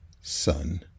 son